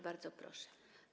Bardzo proszę.